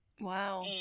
Wow